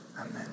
Amen